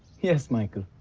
yes michael.